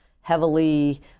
heavily